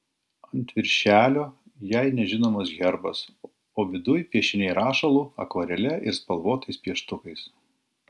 ant viršelio jai nežinomas herbas o viduj piešiniai rašalu akvarele ir spalvotais pieštukais